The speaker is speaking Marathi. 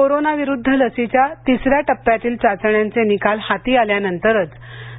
कोरोना विरुद्ध लसीच्या तिसऱ्या टप्प्यातील चाचण्यांचे निकाल हाती आल्यानंतरच